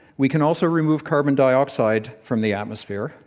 we can also remove carbon dioxide from the atmosphere.